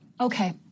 Okay